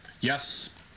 Yes